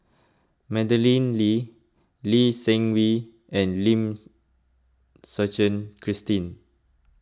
Madeleine Lee Lee Seng Wee and Lim Suchen Christine